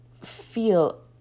feel